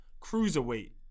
cruiserweight